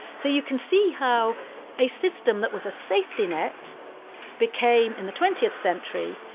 so you can see how a system that was a safety net became, in the twentieth century,